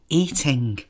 eating